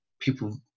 people